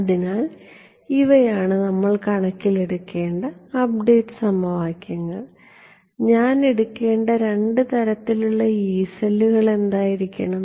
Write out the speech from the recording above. അതിനാൽ ഇവയാണ് നമ്മൾ കണക്കിലെടുക്കേണ്ട അപ്ഡേറ്റ് സമവാക്യങ്ങൾ ഞാൻ എടുക്കേണ്ട രണ്ട് തരത്തിലുള്ള യീ സെല്ലുകൾ എന്തായിരിക്കും